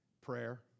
Prayer